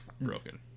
Broken